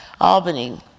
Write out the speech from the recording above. Albany